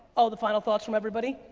oh, the final thoughts from everybody,